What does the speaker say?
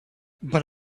but